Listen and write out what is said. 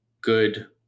good